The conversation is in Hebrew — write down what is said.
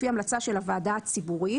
לפי המלצה של הוועדה הציבורית,